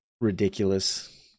ridiculous